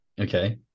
okay